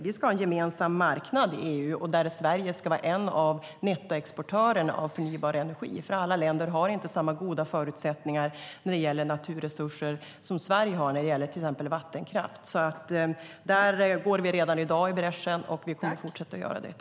Vi ska ha en gemensam marknad i EU där Sverige ska vara en av nettoexportörerna av förnybar energi. Alla länder har inte samma goda förutsättningar när det gäller naturresurser som Sverige har när det gäller till exempel vattenkraft. Där går vi redan i dag i bräschen, och vi kommer att fortsätta att göra det.